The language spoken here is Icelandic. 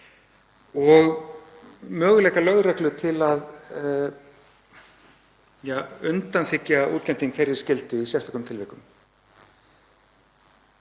og möguleika lögreglu til að undanþiggja útlending þeirri skyldu í sérstökum tilvikum.